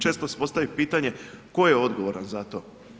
Često se postavi pitanje, tko je odgovoran za to.